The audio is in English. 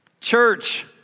Church